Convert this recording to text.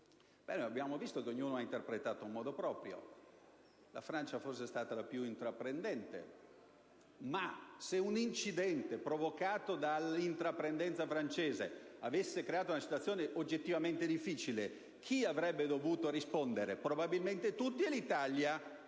ha dato una propria interpretazione (la Francia, forse, è stata la più intraprendente). Ma se un incidente provocato dall'intraprendenza francese avesse creato una situazione oggettivamente difficile, chi avrebbe dovuto rispondere? Probabilmente tutti, e l'Italia